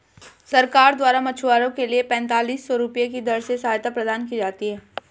सरकार द्वारा मछुआरों के लिए पेंतालिस सौ रुपये की दर से सहायता प्रदान की जाती है